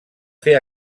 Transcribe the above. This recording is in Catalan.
fer